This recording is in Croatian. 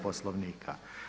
Poslovnika.